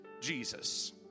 Jesus